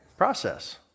process